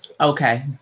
Okay